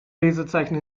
lesezeichen